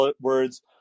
words